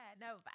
no